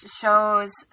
shows